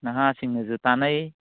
ꯅꯍꯥꯁꯤꯡꯅꯁꯨ ꯇꯥꯅꯩ